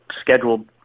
scheduled